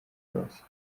croatia